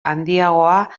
handiagoa